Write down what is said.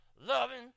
loving